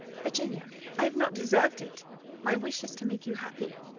virginia i have not deserved it my wish is to make you happy.